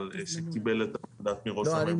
אבל הוא קיבל את המנדט מראש הממשלה.